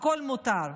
הכול מותר.